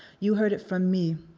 you heard it from me.